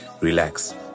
relax